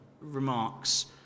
remarks